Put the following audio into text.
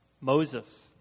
Moses